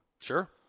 Sure